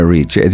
Reach